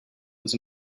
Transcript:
was